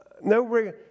no